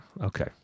Okay